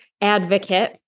advocate